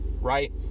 right